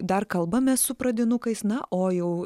dar kalbamės su pradinukais na o jau